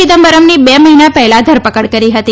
ચિદમ્બરમની બે મહિના પહેલા ધરપકડ કરી હતી